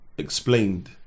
explained